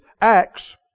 Acts